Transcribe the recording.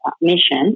mission